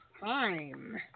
time